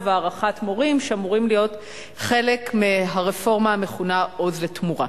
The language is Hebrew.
למורים במסגרת "עוז לתמורה".